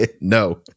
no